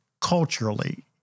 culturally